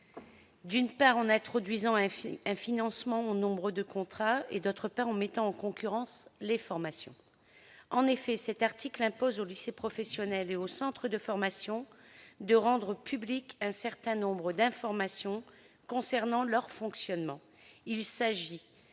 d'une part, en introduisant un financement au nombre de contrats et, d'autre part, en mettant en concurrence les formations. Cet article impose aux lycées professionnels et aux centres de formation de rendre publiques un certain nombre d'informations concernant leur fonctionnement